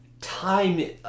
time